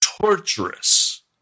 torturous